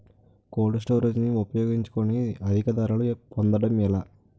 Cold storage ని ఉపయోగించుకొని అధిక ధరలు పొందడం ఎలా?